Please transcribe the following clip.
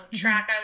track